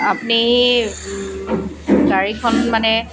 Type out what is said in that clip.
আপুনি গাড়ীখন মানে